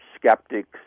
skeptics